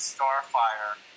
Starfire